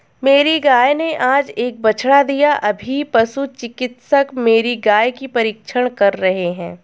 मेरी गाय ने आज एक बछड़ा दिया अभी पशु चिकित्सक मेरी गाय की परीक्षण कर रहे हैं